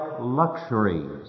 luxuries